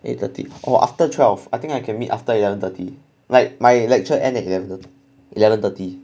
eight dirty oh after twelve I think I can meet after eleven thirty like my lecture end at eleven thirty eleven thirty